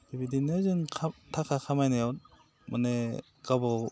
बिदिनो जों थाखा खामायनायाव मानो गावबा गाव